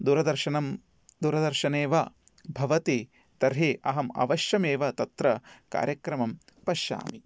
दूरदर्शनं दूरदर्शने वा भवति तर्हि अहम् अवश्यम् एव तत्र कार्यक्रमं पश्यामि